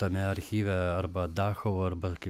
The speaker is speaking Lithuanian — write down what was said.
tame archyve arba dachau arba kaip